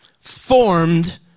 formed